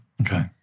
Okay